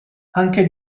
anche